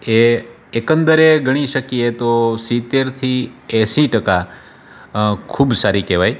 એ એકંદરે ગણી શકીએ તો સિત્તેરથી એંસી ટકા ખૂબ સારી કહેવાય